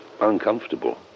uncomfortable